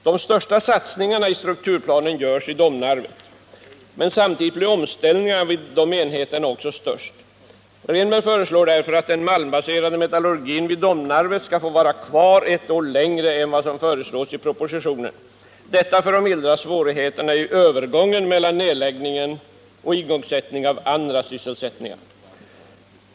De största satsningarna i strukturplanen görs i Domnarvet, men samtidigt blir omställningarna vid denna enhet också störst. Bertil Rehnberg föreslår därför att den malmbaserade metallurgin vid Domnarvet skall få vara kvar ett år längre än vad som föreslås i propositionen — detta för att mildra svårigheterna i övergången mellan nedläggningen och igångsättningen av andra sysselsättningar.